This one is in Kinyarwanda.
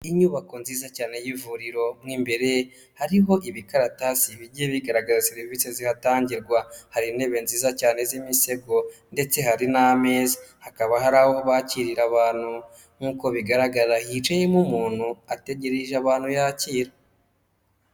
Inyubako nziza cyane y'ivuriro mo imbere hariho ibikaratasi bigiye bigaragaza serivisi zihatangirwa, hari intebe nziza cyane z'imisego ndetse hari n'ameza, hakaba hari aho bakirira abantu nk'uko bigaragara hicayemo umuntu ategereje abantu yakira.